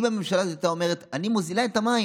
אם הממשלה הזו הייתה אומרת: אני מוזילה את המים,